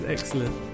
Excellent